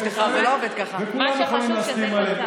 וכולם יכולים להסכים עליהן.